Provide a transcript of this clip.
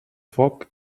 foc